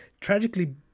tragically